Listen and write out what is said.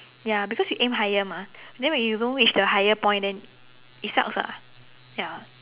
ya because you aim higher mah and then when you don't reach the higher point then it sucks lah ya